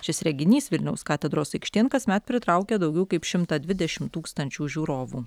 šis reginys vilniaus katedros aikštėn kasmet pritraukia daugiau kaip šimtą dvidešimt tūkstančių žiūrovų